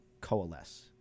coalesce